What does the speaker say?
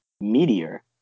meteor